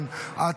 בעד,